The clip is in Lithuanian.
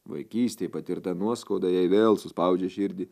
vaikystėj patirta nuoskauda jai vėl suspaudžia širdį